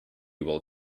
will